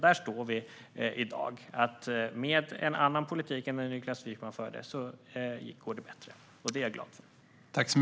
Här står vi i dag: Med en annan politik än den som Niklas Wykmans parti förde går det bättre, och det är jag glad för.